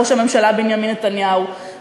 ראש הממשלה בנימין נתניהו,